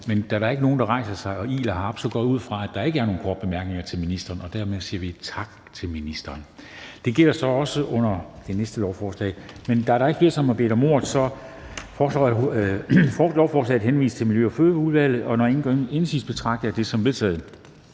Men da der ikke er nogen, der rejser sig og iler herop, så går jeg ud fra, at der ikke er nogen korte bemærkninger til ministeren, og dermed siger vi tak til ministeren. Det gælder så også under behandlingen af det næste lovforslag. Da der ikke er flere, som har bedt om ordet, er forhandlingen sluttet. Jeg foreslår, at lovforslaget henvises til Miljø- og Fødevareudvalget, og når ingen gør indsigelse, betragter jeg det som vedtaget.